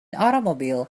automobile